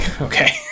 Okay